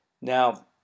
Now